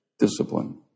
discipline